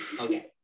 okay